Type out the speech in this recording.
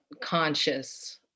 conscious